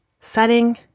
setting